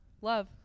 love